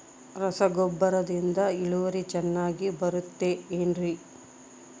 ರಸಗೊಬ್ಬರದಿಂದ ಇಳುವರಿ ಚೆನ್ನಾಗಿ ಬರುತ್ತೆ ಏನ್ರಿ?